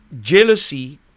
jealousy